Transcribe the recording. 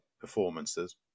performances